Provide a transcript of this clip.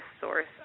source